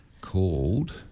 Called